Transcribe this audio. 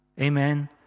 Amen